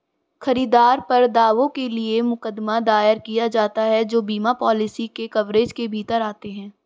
खरीदार पर दावों के लिए मुकदमा दायर किया जाता है जो बीमा पॉलिसी के कवरेज के भीतर आते हैं